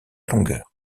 longueur